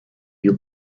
you